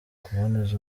kuboneza